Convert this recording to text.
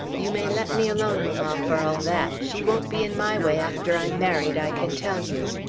you may let me alone, mamma, for all that. she won't be in my way after i'm married, i can tell you.